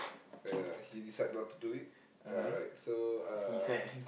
ya he decide not to do it ya alright so uh